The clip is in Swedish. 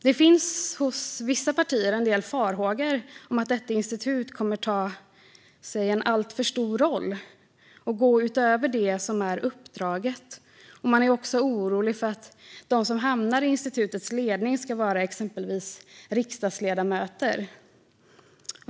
Det finns hos vissa partier en del farhågor om att detta institut kommer att ta sig en alltför stor roll och gå utöver det som är uppdraget. Man är också orolig för att de som hamnar i institutets ledning ska vara exempelvis riksdagsledamöter.